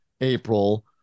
April